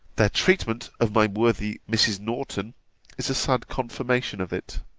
their treatment of my worthy mrs. norton is a sad confirmation of it